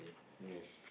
yes